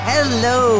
Hello